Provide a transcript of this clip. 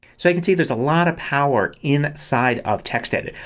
so you can see there's a lot of power inside of textedit.